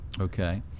okay